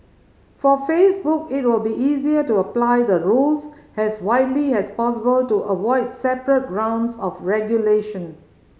for Facebook it will be easier to apply the rules as widely as possible to avoid separate rounds of regulation